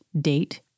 date